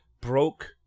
broke